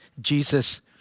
Jesus